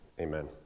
Amen